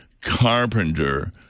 carpenter